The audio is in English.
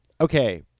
Okay